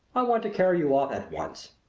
i want to carry you off at once.